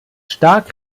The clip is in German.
stark